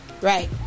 Right